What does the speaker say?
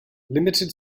limited